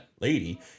lady